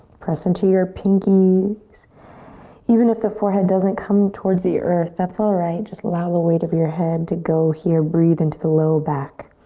press into your pinkys. even if the forehand doesn't come towards the earth, that's alright. just allow the weight of your head to go here. breathe into the low back.